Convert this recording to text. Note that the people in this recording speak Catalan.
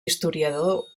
historiador